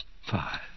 five